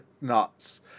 nuts